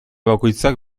bakoitzak